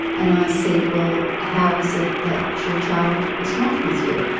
and i said, well, how is it that your child is not with you?